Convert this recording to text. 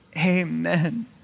Amen